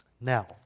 Now